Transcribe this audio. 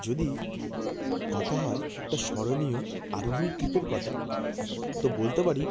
যদি কথা হয় একটা স্মরণীয় আরোহণ ট্রিপের কথা তো বলতে পারি